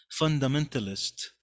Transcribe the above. fundamentalist